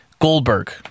Goldberg